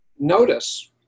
notice